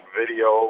video